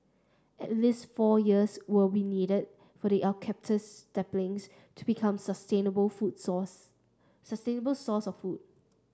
at least four years will be needed for the eucalyptus saplings to become sustainable foods source sustainable source of food